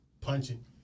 punching